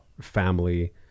family